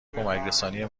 کمکرسانی